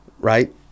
right